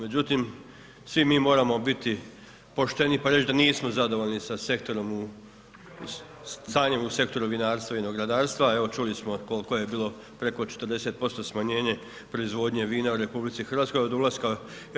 Međutim, svi mi moramo biti pošteni, pa reći da nismo zadovoljni sa sektorom u, stanjem u sektoru vinarstva i vinogradarstva, evo, čuli smo koliko je bilo preko 40% smanjenje proizvodnje vina u RH od ulaska u EU.